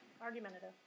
Argumentative